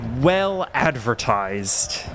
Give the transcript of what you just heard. well-advertised